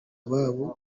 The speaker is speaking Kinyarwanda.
ababo